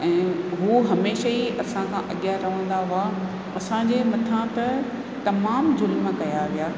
ऐं उहो हमेशह ई असां खां अॻियां रहंदा हुआ असांजे मथां त तमामु जुल्म कया विया